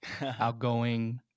outgoing